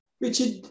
Richard